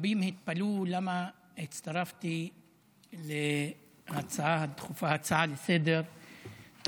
רבים התפלאו למה הצטרפתי להצעה לסדר-היום